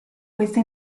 questa